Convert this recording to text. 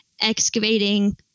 excavating